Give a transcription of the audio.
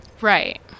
Right